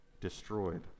destroyed